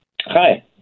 Hi